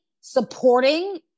supporting